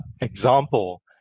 example